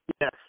Yes